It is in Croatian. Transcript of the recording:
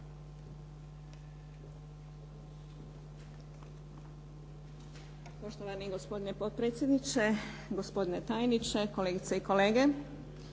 Poštovani gospodine potpredsjedniče, gospodine tajniče, kolegice i kolege.